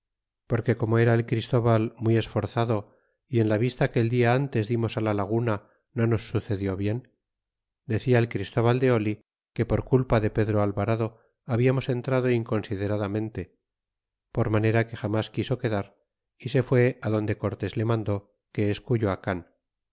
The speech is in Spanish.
porque como era el christóval muy esforzado y en la vista que el dia ntes dimos la laguna no nos sucedió bien decia el christóval de oli que por culpa de pedro alvanado habiamos entrado inconsideradamente por manera que jamas quiso quedar y se fué adonde cortés le mandó que es cuyoacan